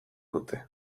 dute